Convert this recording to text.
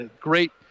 Great